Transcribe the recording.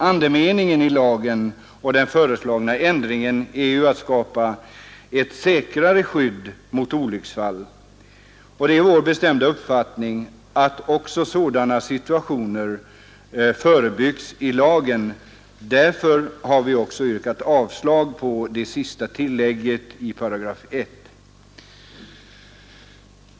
Andemeningen i lagen och i den föreslagna ändringen är ju att skapa ett säkrare skydd mot olycksfall. Det är vår bestämda uppfattning att också sådana situationer skall förebyggas i lagen. Därför har vi yrkat att det föreslagna tillägget till I § utgår.